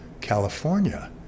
California